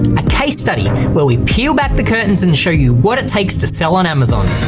a case study where we peel back the curtains and show you what it takes to sell on amazon.